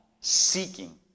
seeking